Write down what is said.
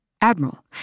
Admiral